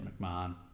McMahon